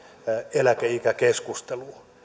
eläkeikäkeskusteluun